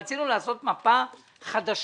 רצינו לעשות מפה חדשה.